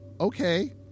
okay